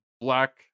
black